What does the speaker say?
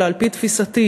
אלא על-פי תפיסתי,